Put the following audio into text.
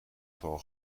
val